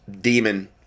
demon